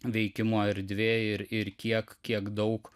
veikimo erdvė ir ir kiek kiek daug